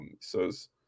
says